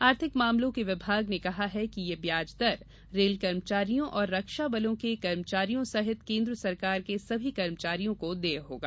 आर्थिक मामलों के विभाग ने कहा है कि ये ब्याज दर रेल कर्मचारियों और रक्षा बलों के कर्मचारियों सहित केन्द्र सरकार के सभी कर्मचारियों को देय होगा